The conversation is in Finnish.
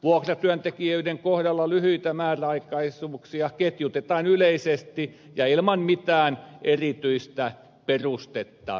vuokratyöntekijöiden kohdalla lyhyitä määräaikaisuuksia ketjutetaan yleisesti ja ilman mitään erityistä perustetta